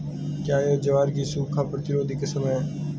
क्या यह ज्वार की सूखा प्रतिरोधी किस्म है?